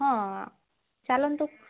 ହଁ ଚାଲନ୍ତୁ